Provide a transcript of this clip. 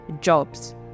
jobs